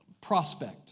prospect